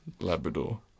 Labrador